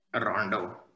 Rondo